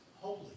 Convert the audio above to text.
holy